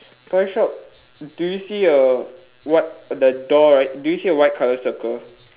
toy shop do you see a whit~ the door right do you see a white colour circle